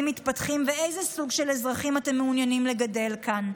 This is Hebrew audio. מתפתחים ואיזה סוג של אזרחים אתם מעוניינים לגדל כאן.